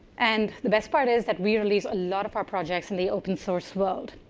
and the best part is that we release a lot of our projects in the open source world.